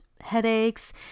headaches